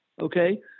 Okay